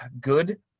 good